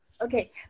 Okay